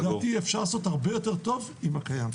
לדעתי אפשר לעשות הרבה יותר טוב, עם הקיים.